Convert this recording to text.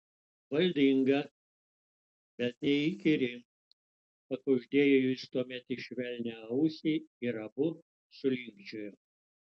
valdinga bet neįkyri pakuždėjo jis tuomet į švelnią ausį ir abu sulinkčiojo